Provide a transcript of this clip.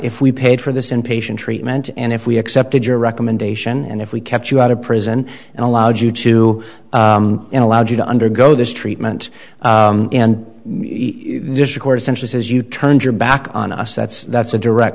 if we paid for this inpatient treatment and if we accepted your recommendation and if we kept you out of prison and allowed you to and allowed you to undergo this treatment and record sentences you turned your back on us that's that's a direct